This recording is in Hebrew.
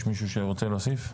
יש מישהו שרוצה להוסיף?